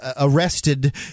arrested